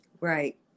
Right